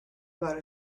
about